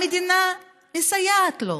המדינה מסייעת לו,